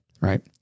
Right